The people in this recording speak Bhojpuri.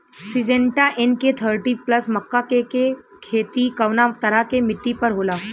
सिंजेंटा एन.के थर्टी प्लस मक्का के के खेती कवना तरह के मिट्टी पर होला?